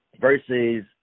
versus